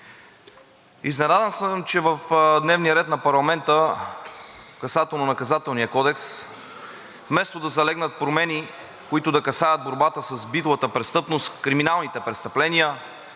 Изненадан съм, че в дневния ред на парламента е касателно Наказателния кодекс, вместо да залегнат промени, които да касаят борбата с битовата престъпност, криминалните престъпления,